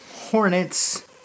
Hornets